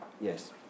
yes